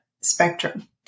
spectrum